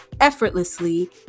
effortlessly